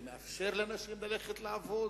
זה מאפשר לאנשים ללכת לעבוד,